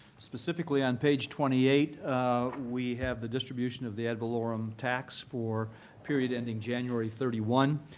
specifically, on page twenty eight um we have the distribution of the ad valorem tax for period ending january thirty one.